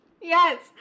yes